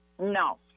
No